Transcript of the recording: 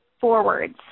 forwards